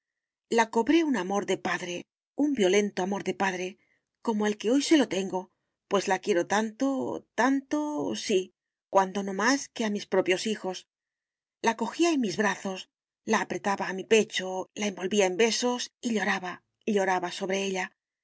la cobré un amor de padre un violento amor de padre como el que hoy se lo tengo pues la quiero tanto tanto sí cuando no más que a mis propios hijos la cojía en mis brazos la apretaba a mi pecho la envolvía en besos y lloraba lloraba sobre ella